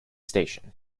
station